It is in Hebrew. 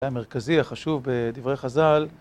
היה מרכזי, החשוב בדברי חז'ל.